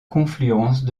confluence